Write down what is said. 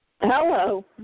Hello